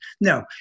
No